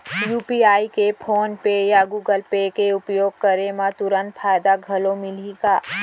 UPI के PhonePe या Google Pay के उपयोग करे म तुरंत फायदा घलो मिलही का?